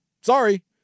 sorry